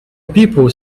people